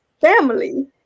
family